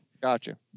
gotcha